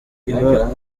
iba